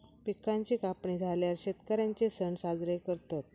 पिकांची कापणी झाल्यार शेतकर्यांचे सण साजरे करतत